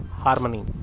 harmony